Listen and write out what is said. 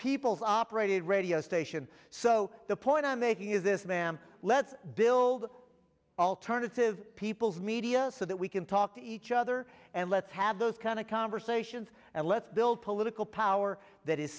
people's operated radio station so the point i'm making is this ma'am let's build alternative people's media so that we can talk to each other and let's have those kind of conversations and let's build political power that is